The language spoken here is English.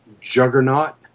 juggernaut